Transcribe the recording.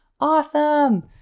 Awesome